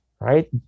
right